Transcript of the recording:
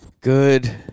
Good